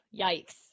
Yikes